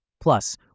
plus